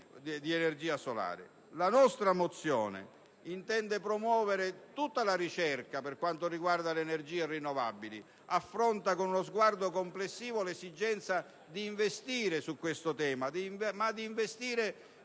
di energia solare. La nostra mozione intende promuovere tutta la ricerca per quanto riguarda le energie rinnovabili. Essa affronta con uno sguardo complessivo l'esigenza di investire in questo settore, ma di farlo